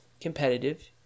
competitive